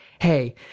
Hey